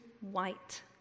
white